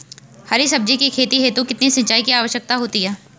हरी सब्जी की खेती हेतु कितने सिंचाई की आवश्यकता होती है?